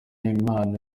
impano